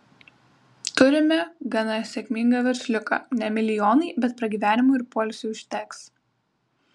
turime gana sėkmingą versliuką ne milijonai bet pragyvenimui ir poilsiui užteks